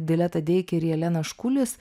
dileta deikė ir jelena škulis